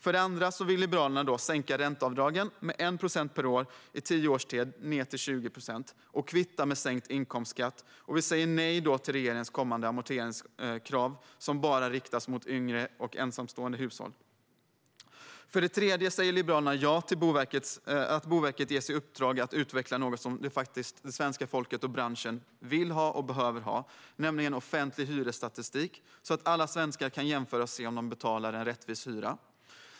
För det andra vill Liberalerna sänka ränteavdragen med 1 procent per år under tio år ned till 20 procent och kvitta detta med sänkt inkomstskatt. Vi säger nej till regeringens kommande amorteringskrav som bara riktas mot yngre och ensamstående. För det tredje säger Liberalerna ja till att Boverket ges i uppdrag att utveckla något som svenska folket och branschen faktiskt vill ha och behöver ha, nämligen offentlig hyresstatistik, så att alla svenskar kan jämföra och se om de betalar en rättvis hyra.